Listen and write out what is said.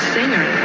singer